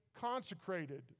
consecrated